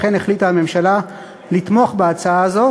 לכן החליטה הממשלה לתמוך בהצעה הזו,